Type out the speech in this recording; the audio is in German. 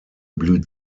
blüht